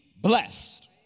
blessed